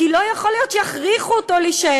כי לא יכול להיות שיכריחו אותו להישאר.